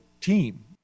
team